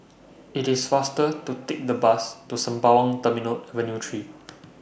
IT IS faster to Take The Bus to Sembawang Terminal Avenue three